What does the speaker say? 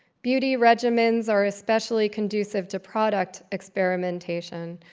beauty regimens are especially conducive to product experimentation,